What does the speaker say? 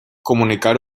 comunicar